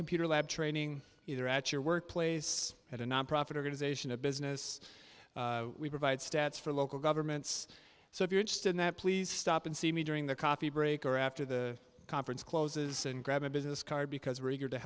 computer lab training either at your workplace at a nonprofit organization a business we provide stats for local governments so if you're just in that please stop and see me during the coffee break or after the conference closes and grab a business card because we're